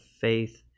faith